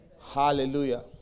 Hallelujah